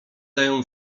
dają